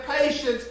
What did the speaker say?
patience